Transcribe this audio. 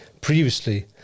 previously